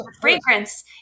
fragrance